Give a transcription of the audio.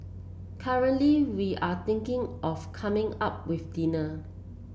currently we are thinking of coming up with dinner